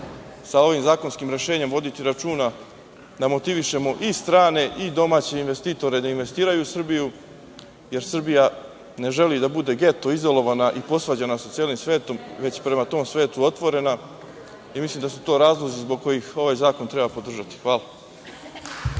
sa ovim zakonskim rešenjem voditi računa, da motivišemo i strane i domaće investitore da investiraju u Srbiju, jer Srbija ne želi da bude geto, izolovana i posvađana sa celim svetom, već prema tom svetu otvorena i mislim da su to razlozi zbog kojih ovaj zakon treba podržati. Hvala. **Maja